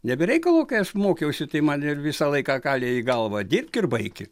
nebe reikalo kai aš mokiausi tai man ir visą laiką kalė į galvą dirbk ir baiki